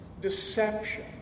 deception